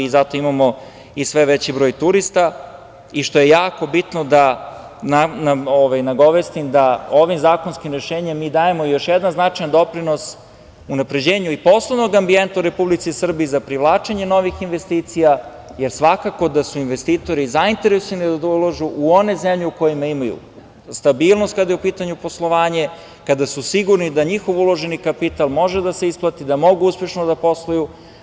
Zato danas imamo sve veći broj turista i što je jako bitno da nagovestim da ovim zakonskim rešenjem mi dajemo još jedan značajan doprinos unapređenju i poslovnog ambijenta u Republici Srbiji za privlačenje novih investicija, jer svakako da su investitori zainteresovani da ulažu u one zemlje u kojima imaju stabilnost kada je u pitanju poslovanje, kada su sigurni da njihov uloženi kapital može da se isplati, da mogu uspešno da posluju.